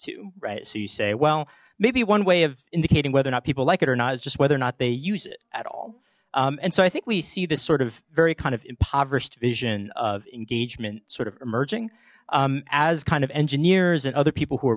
to right so you say well maybe one way of indicating whether or not people like it or not is just whether or not they use it at all and so i think we see this sort of very kind of impoverished vision of engagement sort of emerging as kind of engineers and other people who are